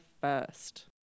first